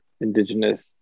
indigenous